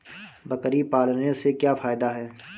बकरी पालने से क्या फायदा है?